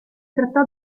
trattò